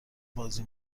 بازی